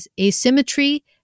asymmetry